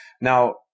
now